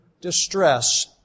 distress